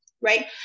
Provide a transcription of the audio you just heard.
right